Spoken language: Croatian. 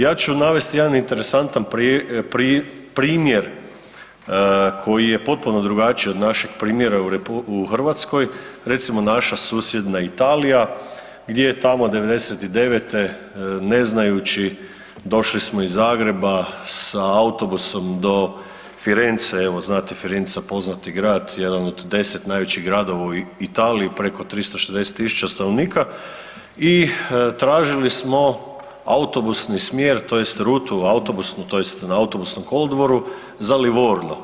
Ja ću navesti jedan interesantan primjer koji je potpuno drugačiji od našeg primjera u Hrvatskoj, recimo naša susjedna Italija gdje je tamo '99. ne znajući došli smo iz Zagreba sa autobusom do Firence, evo znate Firenca poznati grad, jedan od deset najvećih gradova u Italiji, preko 360.000 stanovnika i tražili smo autobusni smjer tj. rutu autobusnu tj. na autobusnom kolodvoru za Livorno.